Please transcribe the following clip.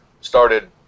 started